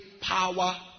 power